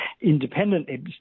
independently